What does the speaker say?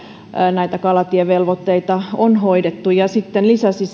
näitä kalatievelvoitteita on hoidettu ja sitten lisäsi